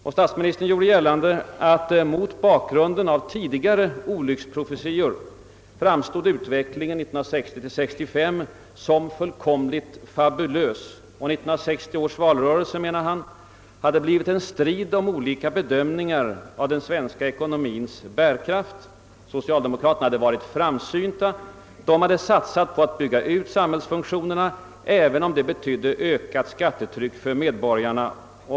Statsministern gjorde gällande att utvecklingen åren 1960—1965 mot bakgrunden av tidigare olycksprofetior framstod som »fullkomligt fabulös», och 1960 års valrörelse, menade han, hade varit en strid om olika bedömningar av den svenska ekonomiens bärkraft. Socialdemokraterna hade varit framsynta; de hade satsat på att bygga ut samhällsfunktionerna, även om det betydde ökat skattetryck för medborgarna.